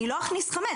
אני לא אכנס חמץ.